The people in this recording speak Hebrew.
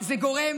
זה גורם